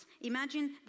Imagine